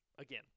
again